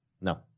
No